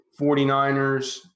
49ers